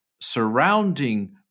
surrounding